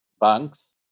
banks